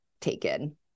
taken